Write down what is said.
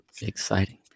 exciting